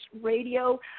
radio